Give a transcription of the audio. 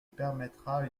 permettra